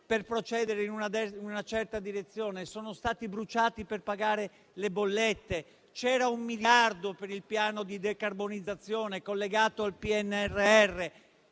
per procedere in una certa direzione e sono stati bruciati per pagare le bollette. C'era un miliardo per il piano di decarbonizzazione collegato al PNNR